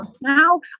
now